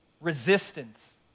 resistance